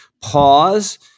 pause